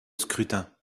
scrutin